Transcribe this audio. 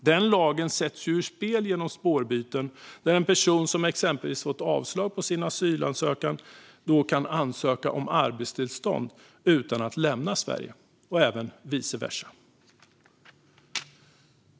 Den lagen sätts ur spel genom spårbyten där en person som exempelvis har fått avslag på sin asylansökan kan ansöka om arbetstillstånd utan att lämna Sverige och vice versa.